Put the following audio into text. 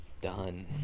done